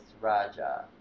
Raja